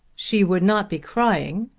she would not be crying,